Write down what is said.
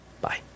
Bye